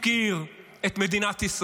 יש לנו אדם שהפקיר את מדינת ישראל.